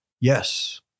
Yes